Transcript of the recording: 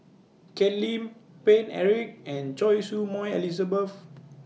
Ken Lim Paine Eric and Choy Su Moi Elizabeth